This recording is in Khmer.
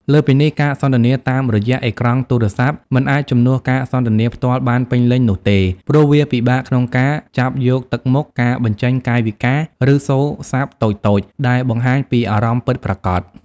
លើសពីនេះ ការសន្ទនាតាមរយៈអេក្រង់ទូរស័ព្ទ មិនអាចជំនួសការសន្ទនាផ្ទាល់បានពេញលេញនោះទេ ព្រោះវាពិបាកក្នុងការចាប់យកទឹកមុខ ការបញ្ចេញកាយវិការ ឬសូរស័ព្ទតូចៗ ដែលបង្ហាញពីអារម្មណ៍ពិតប្រាកដ។